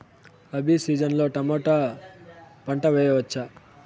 Rabi season లో tomato పంట వేయవచ్చా?